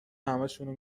همشونو